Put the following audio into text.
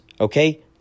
Okay